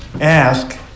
Ask